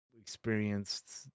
experienced